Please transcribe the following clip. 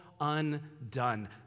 undone